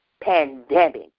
pandemic